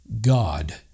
God